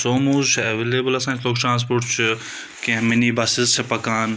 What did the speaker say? sumos چھِ available آسان أسۍ لۄکُٹ ٹَرٛانَسپوٹ چھُ کینٛہہ مِنی بَسٕز چھِ پَکان